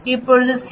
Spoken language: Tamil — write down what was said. இப்போது சி